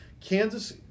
Kansas